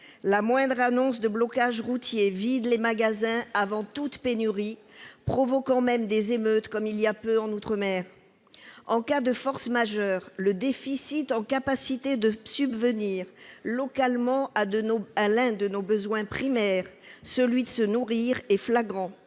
La moindre annonce de blocage routier vide les magasins, avant même toute pénurie, allant jusqu'à provoquer des émeutes, comme il y a peu en outre-mer. En cas de force majeure, le déficit en capacité de subvenir localement à l'un de nos besoins primaires, celui de se nourrir, est flagrant.